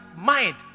Mind